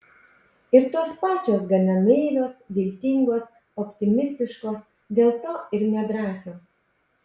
ir tos pačios gana naivios viltingos optimistiškos dėl to ir nedrąsios